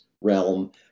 realm